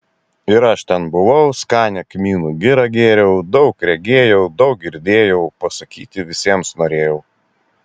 ir aš ten buvau skanią kmynų girą gėriau daug regėjau daug girdėjau pasakyti visiems norėjau